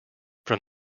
from